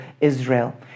Israel